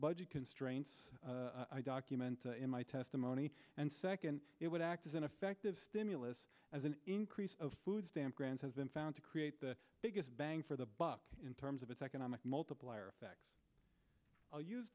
budget constraints i documented in my testimony and second it would act as an effective stimulus as an increase of food stamp grants has been found to create the biggest bang for the buck in terms of its economic multiplier effect